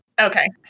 okay